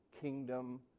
Kingdom